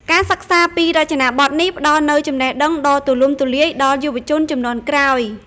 ការសិក្សាពីរចនាបថនេះផ្តល់នូវចំណេះដឹងដ៏ទូលំទូលាយដល់យុវជនជំនាន់ក្រោយ។